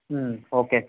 ಹ್ಞೂ ಓಕೆ